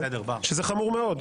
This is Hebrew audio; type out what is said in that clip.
שזה חמור מאוד,